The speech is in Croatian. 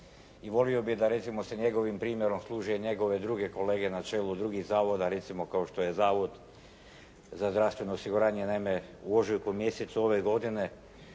i volio bih da se recimo njegovim primjerom služe i njegove druge kolege na čelu drugih zavoda recimo kao što je Zavod za zdravstveno osiguranje. Naime u ožujku mjesecu ove godine